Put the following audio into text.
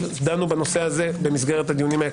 אומר ואז לפתוח איתי דיון צד --- למה?